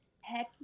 Heck